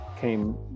came